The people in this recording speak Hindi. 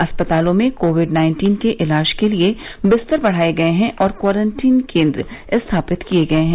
अस्पतालों में कोविड नाइन्टीन के इलाज के लिए बिस्तर बढ़ाए गये हैं और क्वारंटीन केन्द्र स्थापित किए गये हैं